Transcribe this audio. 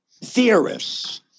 theorists